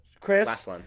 Chris